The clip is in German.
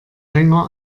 länger